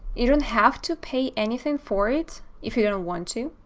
you don't have to pay anything for it if you don't want to,